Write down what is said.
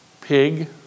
pig